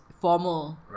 formal